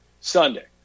Sunday